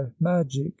magic